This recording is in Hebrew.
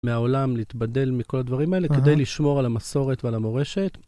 מהעולם להתבדל מכל הדברים האלה כדי לשמור על המסורת ועל המורשת.